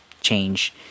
change